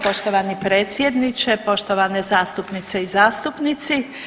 Poštovani predsjedniče, poštovane zastupnice i zastupnici.